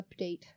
update